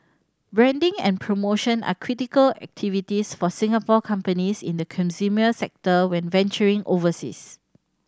branding and promotion are critical activities for Singapore companies in the consumer sector when venturing overseas